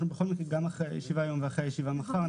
אנחנו בכל מקרה גם אחרי הישיבה היום וגם אחרי הישיבה מחר,